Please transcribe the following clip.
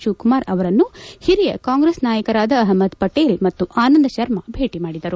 ಶಿವಕುಮಾರ್ ಅವರನ್ನು ಹಿಲಿಯ ಕಾಂಗ್ರೆಸ್ ನಾಯಕರಾದ ಅಹಮದ್ ಪಬೇಲ್ ಮತ್ತು ಆನಂದ ಶರ್ಮ ಭೇಣ ಮಾಡಿದರು